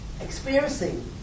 experiencing